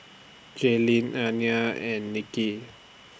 Jalyn Alaina and Nicki